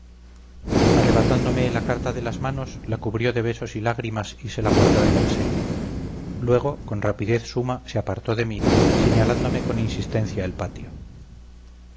arrebatándome la carta de las manos la cubrió de besos y lágrimas y se la guardó en el seno luego con rapidez suma se apartó de mí señalándome con insistencia el patio